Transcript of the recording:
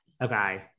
okay